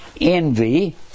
envy